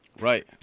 right